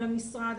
למשרד.